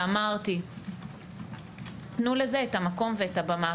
אמרתי - תנו לזה את המקום ואת הבמה,